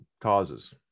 causes